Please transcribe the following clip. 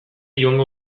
joango